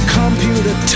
computer